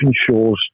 Shores